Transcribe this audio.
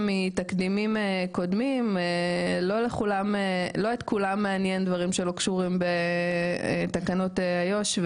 שמתקדימים קודמים לא את כולם מעניין דברים שלא קשורים בתקנות איו"ש,